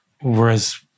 Whereas